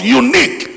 unique